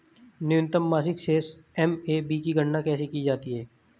न्यूनतम मासिक शेष एम.ए.बी की गणना कैसे की जाती है?